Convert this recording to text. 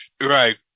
right